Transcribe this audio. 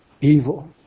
evil